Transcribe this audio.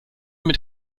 mit